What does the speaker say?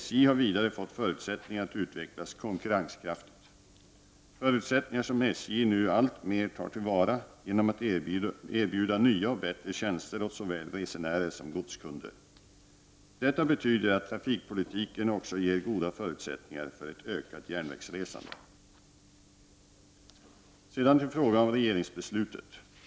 SJ har vidare fått förutsättningar att utvecklas konkurrenskraftigt. Förutsättningar som SJ nu alltmer tar till vara genom att erbjuda nya och bättre tjänster åt såväl resenärer som godskunder. Detta betyder att trafikpolitiken också ger goda förutsättningar för ett ökat järnvägsresande. Sedan till frågan om regeringsbeslutet.